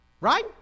Right